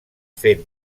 fent